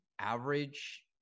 average